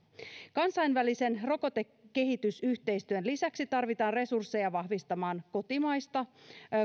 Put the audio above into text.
kansainvälisen rokotekehitysyhteistyön lisäksi tarvitaan resursseja vahvistamaan kotimaista